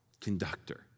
conductor